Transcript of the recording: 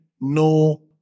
no